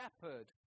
shepherd